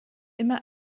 immer